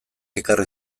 ekarri